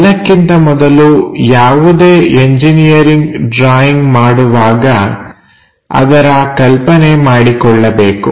ಎಲ್ಲಕ್ಕಿಂತ ಮೊದಲು ಯಾವುದೇ ಎಂಜಿನಿಯರಿಂಗ್ ಡ್ರಾಯಿಂಗ್ ಮಾಡುವಾಗ ಅದರ ಕಲ್ಪನೆ ಮಾಡಿಕೊಳ್ಳಬೇಕು